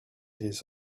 his